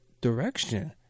direction